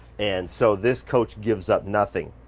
and so this coach gives up nothing.